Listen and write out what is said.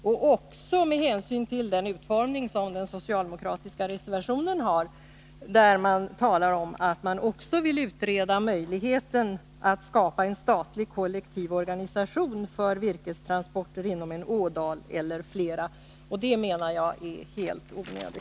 Föredraganden pekar i sammanhanget på de bidrag till vägar som kan lämnas samt att vissa arbeten i flottleder har kunnat utföras som beredskapsarbeten. Några särskilda medel härutöver anser han inte behövliga. Föredraganden tillägger att länsmyndigheterna har möjlighet att fortlöpande följa utvecklingen på transportområdet.” Det är väl svar nog.